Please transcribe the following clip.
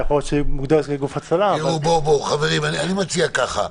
אבל --- אני מציע ככה: